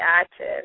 active